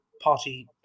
party